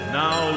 now